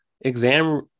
Exam